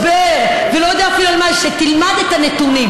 ומדבר ולא יודע אפילו על מה, שתלמד את הנתונים.